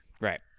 Right